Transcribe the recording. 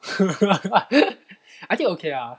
I think okay lah